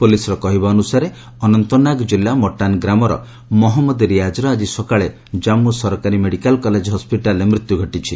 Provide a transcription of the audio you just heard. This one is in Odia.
ପୋଲିସର କହିବାନୁସାରେ ଅନନ୍ତନାଗ ଜିଲ୍ଲାର ମଟାନ ଗ୍ରାମର ମହମ୍ମଦ ରିଆଜ୍ର ଆଜି ସକାଳେ ଜାନ୍ମୁ ସରକାରୀ ମେଡିକାଲ କଲେଜ ହସ୍ପିଟାଲରେ ମୃତ୍ୟୁ ଘଟିଛି